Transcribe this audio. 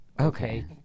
Okay